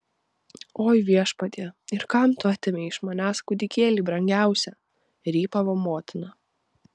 oi viešpatie ir kam tu atėmei iš manęs kūdikėlį brangiausią rypavo motina